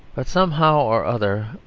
but somehow or other,